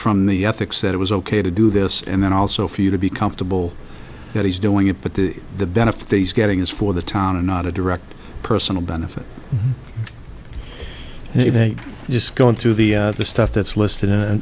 from the ethics that it was ok to do this and then also for you to be comfortable that he's doing it but the the benefit these getting is for the town and not a direct personal benefit if they just gone through the stuff that's listed